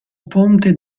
ponte